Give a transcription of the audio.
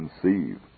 conceive